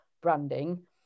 branding